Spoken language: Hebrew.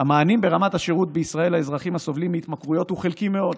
המענים ברמת השירות בישראל לאזרחים הסובלים מהתמכרויות הוא חלקי מאוד.